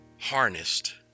harnessed